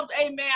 amen